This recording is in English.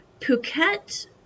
Phuket